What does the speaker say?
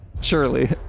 surely